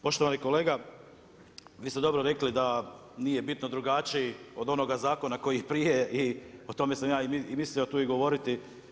Poštovani kolega, vi ste dobro rekli da nije bitno drugačiji od onoga zakona koji i prije i o tome sam ja i mislio tu govoriti.